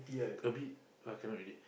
a bit uh cannot already